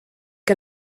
que